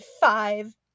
five